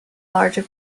larger